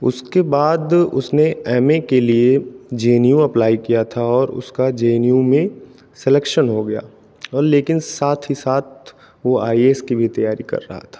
उसके बाद उसने एम ए के लिए जे ए नयू अप्लाई किया था और उसका जे ए नयू मे सिलेक्शन हो गया लेकिन साथ ही साथ वो आई ए एस की भी तैयारी कर रहा था